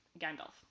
Gandalf